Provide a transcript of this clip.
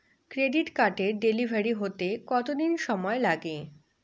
Credit কার্ডের delivery হতে কতদিন সময় লাগে?